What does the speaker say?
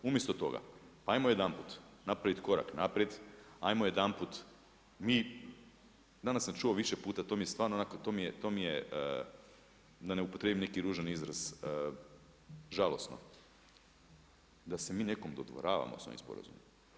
Umjesto toga pa ajmo jedanput napraviti korak naprijed, ajmo jedanput mi, danas sam čuo više puta to mi je stvarno onako, to mi je da ne upotrijebim neki ružan izraz žalosno da se mi nekom dodvoravamo s ovim sporazumom.